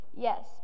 Yes